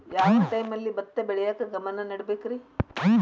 ಯಾವ್ ಟೈಮಲ್ಲಿ ಭತ್ತ ಬೆಳಿಯಾಕ ಗಮನ ನೇಡಬೇಕ್ರೇ?